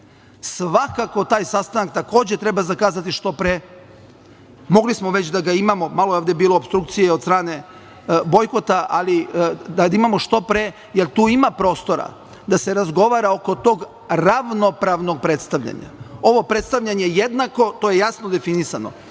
Svakako, taj sastanak takođe treba zakazati što pre. Mogli smo već da ga imamo, malo je ovde bilo opstrukcije i bojkota, ali da imamo što pre jer tu ima prostora da se razgovara oko tog ravnopravnog predstavljanja. Ovo predstavljanje jednako to je jasno definisano,